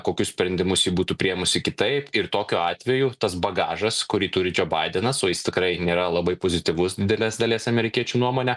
kokius sprendimus ji būtų priėmusi kitaip ir tokiu atveju tas bagažas kurį turi džo baidenas o jis tikrai nėra labai pozityvus didelės dalies amerikiečių nuomone